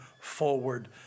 forward